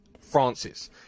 francis